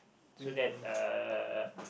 so that uh